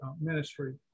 ministry